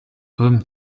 homme